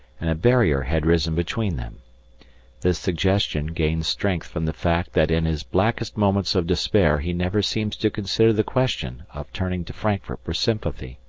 and a barrier had risen between them this suggestion gains strength from the fact that in his blackest moments of despair he never seems to consider the question of turning to frankfurt for sympathy.